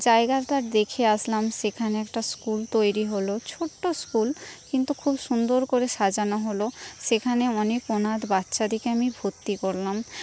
জায়গাটা দেখে আসলাম সেখানে একটা স্কুল তৈরি হলো ছোট্ট স্কুল কিন্তু খুব সুন্দর করে সাজানো হলো সেখানে অনেক অনাথ বাচ্চাদেরকে আমি ভর্তি করলাম